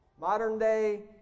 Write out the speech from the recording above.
Modern-day